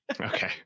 Okay